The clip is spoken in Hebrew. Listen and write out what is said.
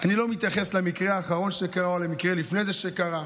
אני לא מתייחס למקרה האחרון שקרה או למקרה לפני זה שקרה.